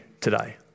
today